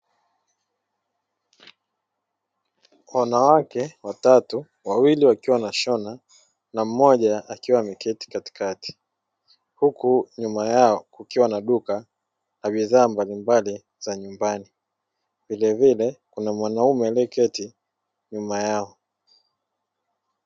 Wanawake watatu wawili wakiwa wanashona na mmoja akiwa ameketi katikati yao huku nyuma yao kukiwa na duka la bidhaa mbalimbali za nyumbani. Vilevile kuna mwanaume aliyeketi nyuma yao.